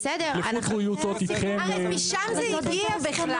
בסדר, אנחנו --- משם זה הגיע בכלל.